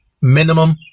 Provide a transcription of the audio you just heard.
minimum